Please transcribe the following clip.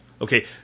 Okay